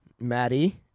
Maddie